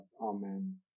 Amen